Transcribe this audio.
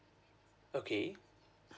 okay